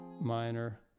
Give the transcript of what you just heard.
minor